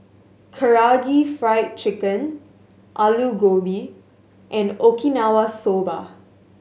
Karaage Fried Chicken Alu Gobi and Okinawa Soba